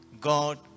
God